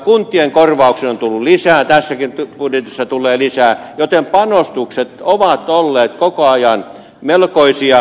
kuntien korvauksiin on tullut lisää tässäkin budjetissa tulee lisää joten panostukset ovat olleet koko ajan melkoisia